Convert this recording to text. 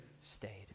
stayed